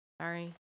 Sorry